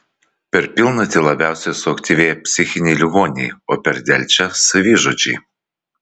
per pilnatį labiausiai suaktyvėja psichiniai ligoniai o per delčią savižudžiai